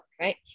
right